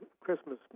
Christmas